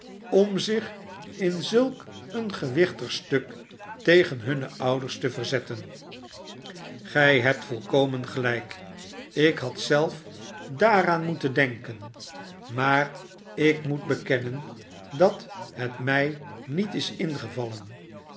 om zich in zulk een gewichtig stuk tegen hunne ouders te verzetten gij hebt volkomen gelijk ik had zelf daaraan moeten denken maar ik moet bekennen dat het mij niet is ingevallen